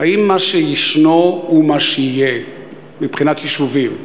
האם מה שישנו הוא מה שיהיה מבחינת יישובים?